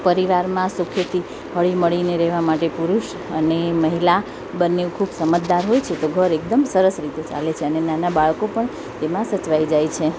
પરિવારમાં સુખેથી હળીમળીને રહેવા માટે પુરુષ અને મહિલા બંને ખૂબ સમજદાર હોય છે તો ઘર એકદમ સરસ રીતે ચાલે છે અને નાના બાળકો પણ તેમાં સચવાઈ જાય છે